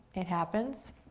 it happens.